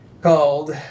called